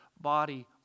body